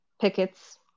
pickets